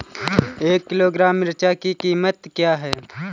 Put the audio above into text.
एक किलोग्राम मिर्च की कीमत क्या है?